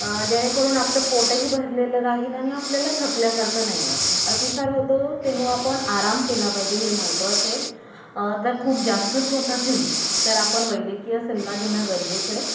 जेणेकरून आपलं पोटही भरलेलं राहील आणि आपल्याला थकल्यासारखं नाही वाटत अतिसार होतो तेव्हा आपण आराम केला पाहिजे हे महत्त्वाचं आहे जर खूप जास्तच होत असेल तर आपण वैद्यकीय सल्ला घेणं गरजेचं आहे